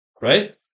right